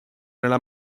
nella